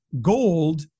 gold